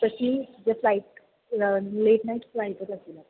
तशी जर flight late night फ्लाईटच आपली